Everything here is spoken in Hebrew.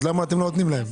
אז למה אתם לא נותנים להם.